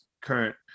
current